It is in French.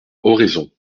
oraison